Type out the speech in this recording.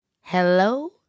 Hello